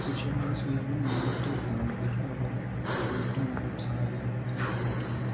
പുരുഷമാരും സ്ത്രീകളും മെയിനായിട്ട് ധരിക്കാറുള്ളത് ഷർട്ടും മുണ്ടും സാരിയും അങ്ങനത്തെ ഇതൊക്കെയാണ്